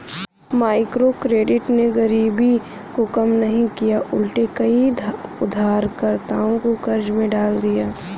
microcredit ने गरीबी को कम नहीं किया उलटे कई उधारकर्ताओं को कर्ज में डाल दिया है